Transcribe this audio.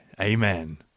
Amen